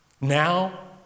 Now